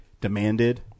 demanded